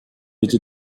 été